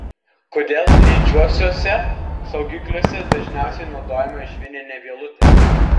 kodėl lydžiuosiuose saugikliuose dažniausiai naudojama švininė vielutė